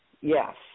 yes